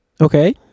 Okay